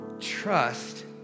Trust